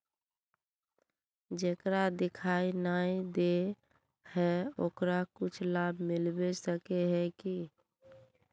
जेकरा दिखाय नय दे है ओकरा कुछ लाभ मिलबे सके है की?